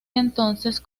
entonces